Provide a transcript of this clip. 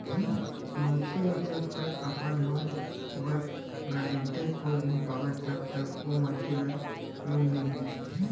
मनखे ह जब तक अपन लोन बर गारेंटर खोज नइ पावय तब तक ओ मनखे ल लोन नइ मिलय